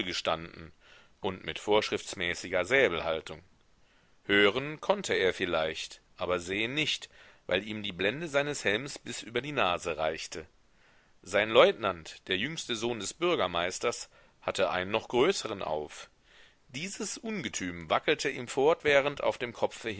und mit vorschriftsmäßiger säbelhaltung hören konnte er vielleicht aber sehen nicht weil ihm die blende seines helms bis über die nase reichte sein leutnant der jüngste sohn des bürgermeisters hatte einen noch größeren auf dieses ungetüm wackelte ihm fortwährend auf dem kopfe